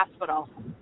hospital